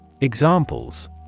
Examples